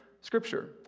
scripture